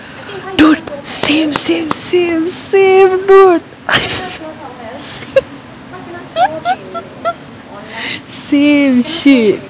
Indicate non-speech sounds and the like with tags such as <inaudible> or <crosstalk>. dude same same same same dude same <laughs> same shit